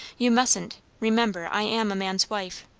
you mustn't remember, i am a man's wife.